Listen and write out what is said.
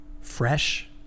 fresh